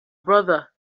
brother